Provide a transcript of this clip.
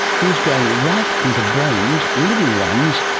he's going right into brains, living ones,